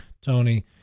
Tony